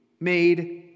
made